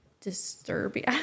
disturbing